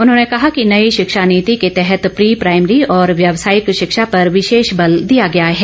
उन्होंने कहा कि नई शिक्षा नीति के तहत प्री प्राइमरी और व्यवसायिक शिक्षा पर विशेष बल दिया गया है